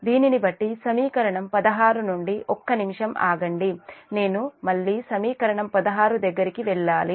దీనినిబట్టి సమీకరణం 16 నుండి ఒక్క నిమిషం ఆగండి నేను మళ్ళీ సమీకరణం 16 దగ్గరికి వెళ్లాలి